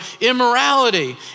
immorality